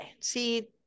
See